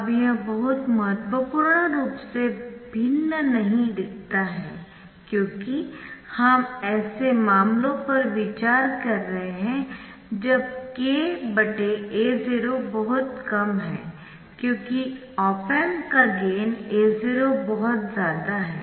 अब यह बहुत महत्वपूर्ण रूप से भिन्न नहीं दिखता है क्योंकि हम ऐसे मामलों पर विचार कर रहे है जब kA0 बहुत कम है क्योंकि ऑप एम्प का गेन A0 बहुत ज्यादा है